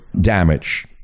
damage